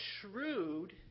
shrewd